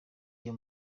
deol